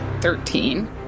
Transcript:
thirteen